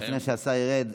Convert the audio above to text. לפני שהשר ירד,